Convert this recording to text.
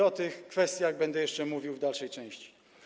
O tych kwestiach będę jeszcze mówił w dalszej części.